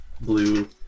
blue